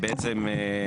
בעצם,